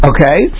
Okay